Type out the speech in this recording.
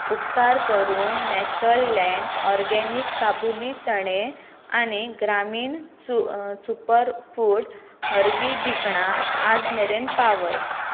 उपकार करून Naturland organic काबुली चणे आनी ग्रामीण सुपरफूड हरवी भिकणां आज मेरेन पावय